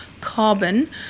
carbon